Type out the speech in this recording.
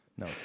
No